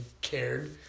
cared